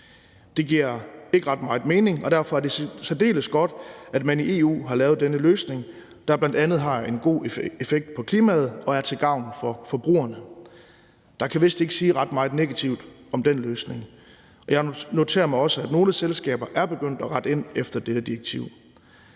Det giver ikke ret meget mening, og derfor er det særdeles godt, at man i EU har lavet denne løsning, der bl.a. har en god effekt på klimaet og er til gavn for forbrugerne. Der kan vist ikke siges ret meget negativt om den løsning. Jeg noterer mig også, at nogle selskaber er begyndt at rette ind efter dette direktiv.